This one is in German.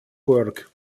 burg